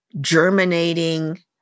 germinating